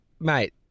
Mate